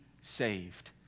saved